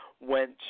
went